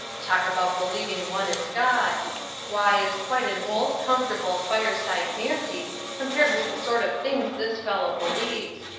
talk about believing one is god why, it's quite an old, comfortable, fireside fancy compared with the sort of things this fellow believes.